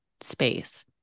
space